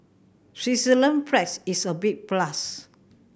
Switzerland's flag is a big plus